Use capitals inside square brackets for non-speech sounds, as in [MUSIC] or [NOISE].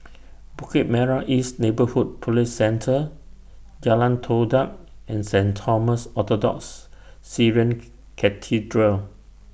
Bukit Merah East Neighbourhood Police Centre Jalan Todak and Saint Thomas Orthodox Syrian [NOISE] Cathedral